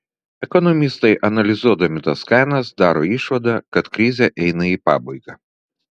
ekonomistai analizuodami tas kainas daro išvadą kad krizė eina į pabaigą